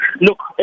Look